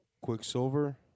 Quicksilver